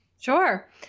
Sure